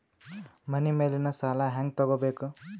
ಮನಿ ಮೇಲಿನ ಸಾಲ ಹ್ಯಾಂಗ್ ತಗೋಬೇಕು?